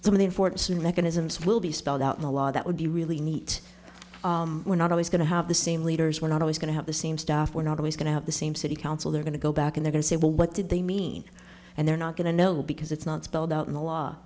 and mechanisms will be spelled out in the law that would be really neat we're not always going to have the same leaders we're not always going to have the same stuff we're not always going to have the same city council they're going to go back and they can say well what did they mean and they're not going to know because it's not spelled out in the law